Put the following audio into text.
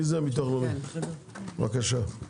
בבקשה.